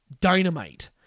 dynamite